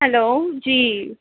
hello جی